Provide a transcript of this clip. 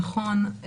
נכון.